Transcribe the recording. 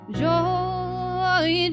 joy